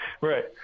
Right